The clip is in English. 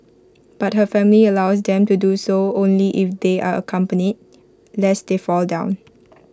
but her family allows them to do so only if they are accompanied lest they fall down